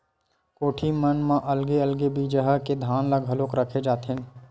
कोठी मन म अलगे अलगे बिजहा के धान ल घलोक राखे जाथेन